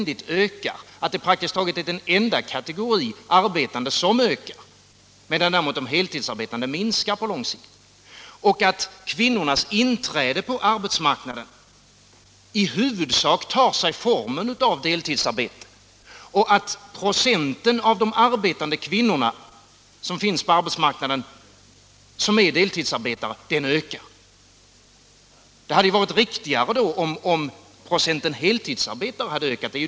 De deltidsarbetande är praktiskt taget den enda kategori arbetande vars antal ökar, medan däremot antalet heltidsarbetande minskar på lång sikt. Kvinnornas inträde på arbetsmarknaden tar sig i huvudsak formen av deltidsarbete. Andelen deltidsarbetande kvinnor på arbetsmarknaden ökar. Det hade varit riktigare om andelen heltidsarbetande hade ökat.